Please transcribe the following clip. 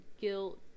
Guilt